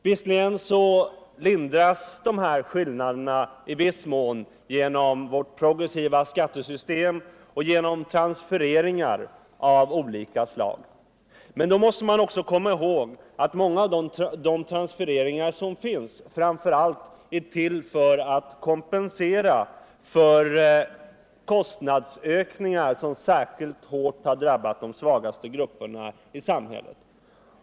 Visserligen minskas de här skillnaderna i viss mån genom vårt progressiva skattesystem och genom transfereringar av olika slag, men då måste man också komma ihåg att många av transfereringarna framför allt är till för att kompensera för kostnadsökningar, som särskilt hårt har drabbat de svagaste grupperna i samhället.